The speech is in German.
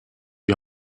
die